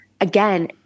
again